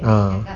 ah